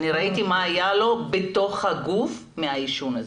אני ראיתי מה היה לו בתוך הגוף מהעישון הזה.